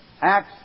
Acts